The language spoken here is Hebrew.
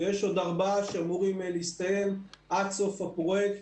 יש עוד ארבעה שאמורים להסתיים עד סוף הפרויקט.